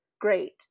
great